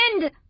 end